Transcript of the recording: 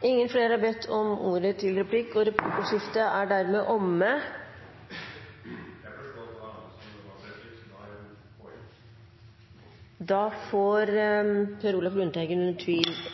Flere har ikke bedt om ordet til replikk, og replikkordskiftet er dermed omme. President! Jeg forsto det slik at andre hadde bedt om replikk – hvis ikke, så replikk. Da får Per Olaf